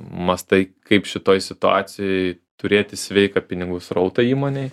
mąstai kaip šitoj situacijoj turėti sveiką pinigų srautą įmonei